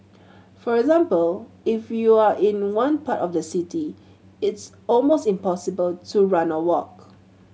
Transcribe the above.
for example if you are in one part of the city it's almost impossible to run or walk